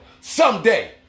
Someday